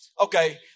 okay